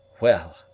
Well